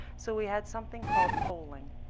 so we had something called polling.